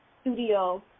studio